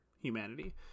humanity